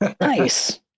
Nice